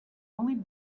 only